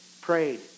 Prayed